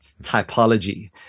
typology